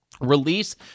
Release